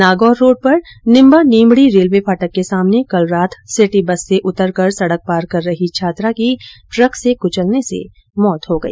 Nagaur road पर Nimba Nimbdi railway फाटक के सामने कल रात सिटी बस से उतर कर सड़क पार कर रही छात्रा की ट्रक से कुचलने से मौत हो गई